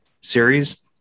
series